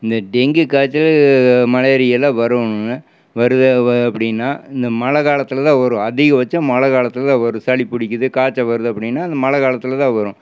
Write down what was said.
இந்த டெங்கு காய்ச்சல் மலேரியாவெலாம் வரோன்னா வருது அப்படின்னா இந்த மழை காலத்தில் தான் வரும் அதிகபட்சம் மழை காலத்தில் தான் வரும் சளி பிடிக்குது காய்ச்சல் வருது அப்படின்னா இந்த மழை காலத்தில் தான் வரும்